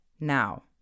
Now